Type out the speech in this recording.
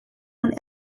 und